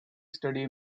study